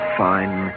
fine